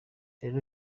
rero